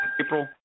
April